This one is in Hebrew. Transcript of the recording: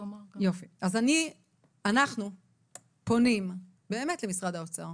אנחנו פונים למשרד האוצר